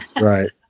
right